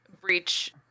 breach